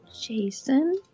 Jason